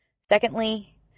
Secondly